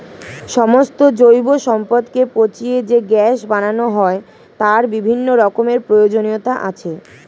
সমস্ত জৈব সম্পদকে পচিয়ে যে গ্যাস বানানো হয় তার বিভিন্ন রকমের প্রয়োজনীয়তা আছে